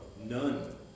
None